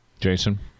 Jason